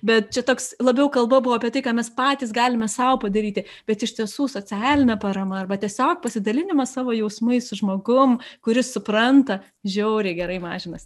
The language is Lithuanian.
bet šitoks labiau kalbu apie tai ką mes patys galime sau padaryti bet iš tiesų socialinė parama arba tiesiog pasidalinimas savo jausmais su žmogum kuris supranta žiauriai gerai mažina